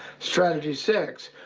strategy six,